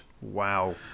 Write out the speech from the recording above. Wow